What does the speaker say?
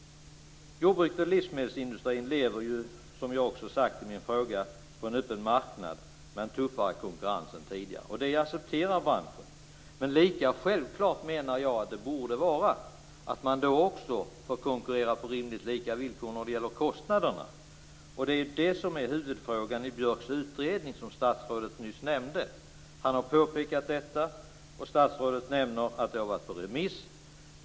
Jordbruket och livsmedelsindustrin lever, som jag sagt i min interpellation, på en öppen marknad med en tuffare konkurrens än tidigare, och det accepterar branschen. Men lika självklart menar jag att det borde vara att man då också får konkurrera på rimligt lika villkor när det gäller kostnaderna. Det är ju det som är huvudfrågan i Björks utredning, som statsrådet nyss nämnde. Han har påpekat detta, och statsrådet nämner att frågan har varit på remiss.